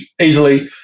easily